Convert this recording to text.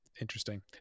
Interesting